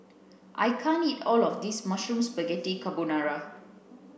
I can't eat all of this Mushroom Spaghetti Carbonara